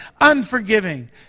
unforgiving